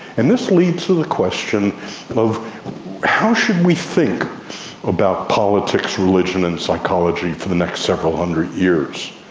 and this leads to the question of how should we think about politics, religion and psychology for the next several hundred years?